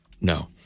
No